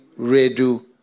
Redu